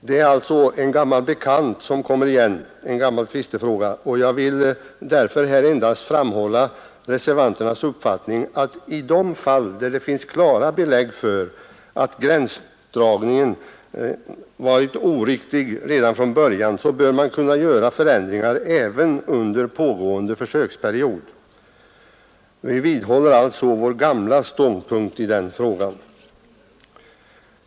Det är alltså en gammal bekant som kommer igen, en gammal tvistefråga, och jag vill därför endast understryka reservanternas uppfattning att i de fall, där det finns klara belägg för att gränsdragningen varit oriktig redan från början, bör man kunna göra förändringar även under pågående försöksperiod. Vi vidhåller alltså vår gamla ståndpunkt i den frågan.